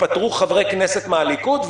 יתפטרו חברי כנסת מהליכוד,